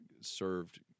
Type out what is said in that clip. served